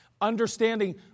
Understanding